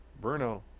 Bruno